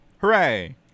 Hooray